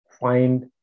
find